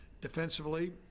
Defensively